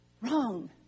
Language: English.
wrong